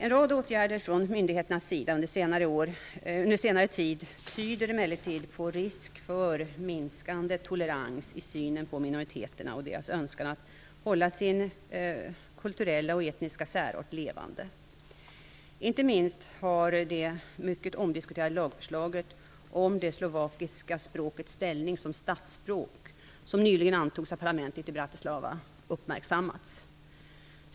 En rad åtgärder från myndigheternas sida under senare tid tyder emellertid på risk för minskande tolerans i synen på minoriteterna och deras önskan att hålla sin kulturella och etniska särart levande. Inte minst har det mycket omdiskuterade lagförslaget om det slovakiska språkets ställning som statsspråk, som nyligen antogs av parlamentet i Bratislava, uppmärksammats.